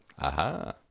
Aha